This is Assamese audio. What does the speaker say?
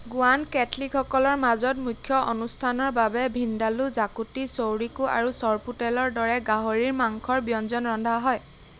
গোৱান কেথলিকসকলৰ মাজত মুখ্য অনুষ্ঠানৰ বাবে ভিণ্ডালু জাকুটি চৌৰিকো আৰু চৰ্পোটেলৰ দৰে গাহৰিৰ মাংসৰ ব্যঞ্জন ৰন্ধা হয়